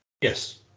Yes